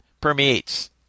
Permeates